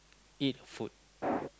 eat food